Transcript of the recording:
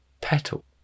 Petal